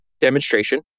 demonstration